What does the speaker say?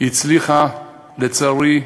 הממשלה בראשותך הצליחה, לצערי,